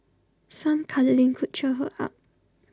some cuddling could cheer her up